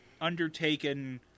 undertaken